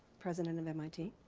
president of mit.